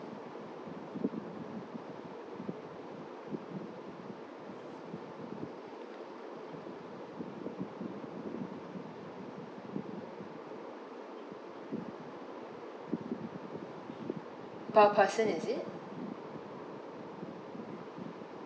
per person is it